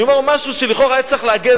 אני אומר משהו שלכאורה היה צריך להגן